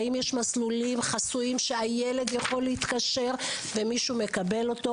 האם יש מסלולים חסויים שהילד יכול להתקשר ומישהו מקבל אותו?